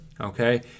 Okay